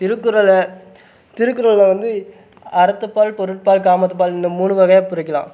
திருக்குறளை திருக்குறளை வந்து அறத்துப்பால் பொருட்பால் காமத்துப்பால் இந்த மூணு வகையாக பிரிக்கலாம்